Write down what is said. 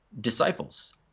disciples